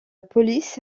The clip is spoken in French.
police